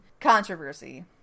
controversy